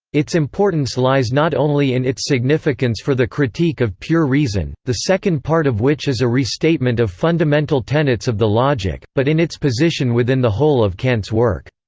its importance lies not only in its significance for the critique of pure reason, the second part of which is a restatement of fundamental tenets of the logic, but in its position within the whole of kant's work.